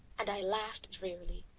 and i laughed drearily.